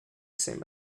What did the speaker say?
same